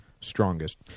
strongest